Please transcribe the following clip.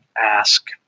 ask